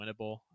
winnable